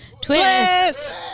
twist